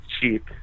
cheap